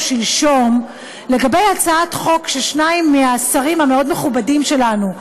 שלשום לגבי הצעת חוק של שניים מהשרים המאוד-מכובדים שלנו,